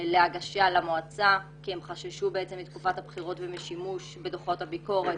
להגיש למועצה כי הם חששו משימוש בדוחות הביקורת בתקופת הבחירות.